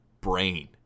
brain